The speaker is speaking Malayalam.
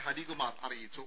ഹരികുമാർ അറിയിച്ചു